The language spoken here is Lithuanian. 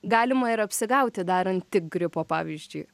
galima ir apsigauti darant tik gripo pavyzdžiui